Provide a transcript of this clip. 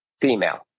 female